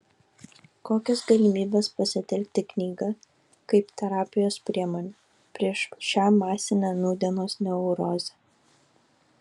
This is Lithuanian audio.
kokios galimybės pasitelkti knygą kaip terapijos priemonę prieš šią masinę nūdienos neurozę